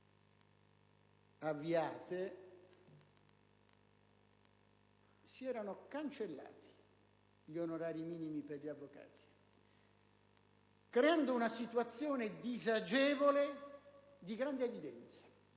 avviate si erano cancellati gli onorari minimi per gli avvocati creando una situazione disagevole di grande evidenza,